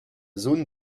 zone